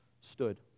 stood